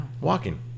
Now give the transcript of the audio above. walking